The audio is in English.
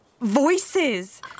Voices